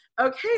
okay